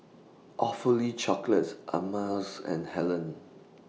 Awfully Chocolates Ameltz and Helen